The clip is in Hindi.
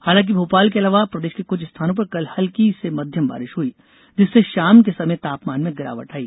हालांकि भोपाल के अलावा प्रदेश के कुछ स्थानों पर कल हल्की से मध्यम बारिश हुई जिससे शाम के समय तापमान में गिरावट आई